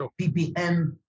ppm